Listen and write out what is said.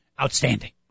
outstanding